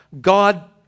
God